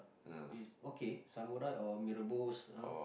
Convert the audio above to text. it's okay samurai or Mee-Rebus